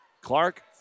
Clark